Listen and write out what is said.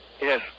Yes